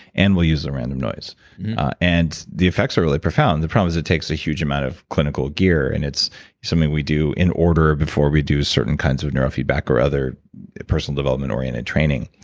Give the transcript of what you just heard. and we'll use a random noise mm-hmm and the effects are really profound. the problem is it takes a huge amount of clinical gear, and it's something we do in order before we do certain kinds of neurofeedback, or other person development oriented training.